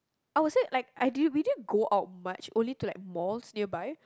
I would say like I didn't we didn't go out much only to like malls nearby